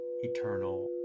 eternal